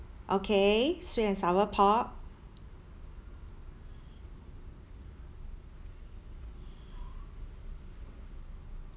okay sweet and sour pork